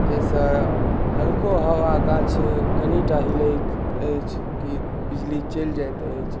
जाहिसँ हल्को हवा गाछ कनिटा हिलैत अछि कि बिजली चलि जाइत अछि